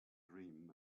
dream